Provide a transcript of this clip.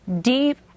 deep